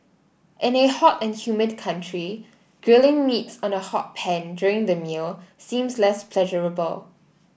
in a hot and humid country grilling meats on a hot pan during the meal seems less pleasurable